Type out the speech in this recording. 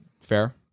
Fair